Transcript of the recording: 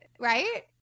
Right